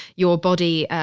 your body,